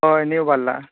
होय नीव बांदला